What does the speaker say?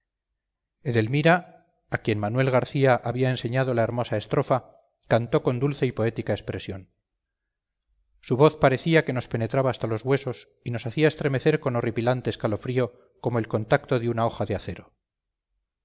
edelmira a quien manuel garcía había enseñado la hermosa estrofa cantó con dulce y poética expresión su voz parecía que nos penetraba hasta los huesos y nos hacía estremecer con horripilante escalofrío como el contacto de una hoja de acero